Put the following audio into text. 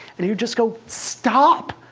and you just go, stop.